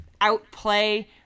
outplay